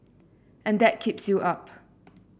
and that keeps you up